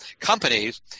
companies